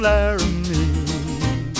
Laramie